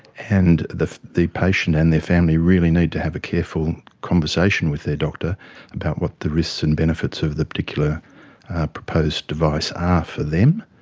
and the the patient and their family really need to have a careful conversation with their doctor about what the risks and benefits of the particular proposed device are for them.